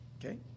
Okay